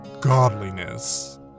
godliness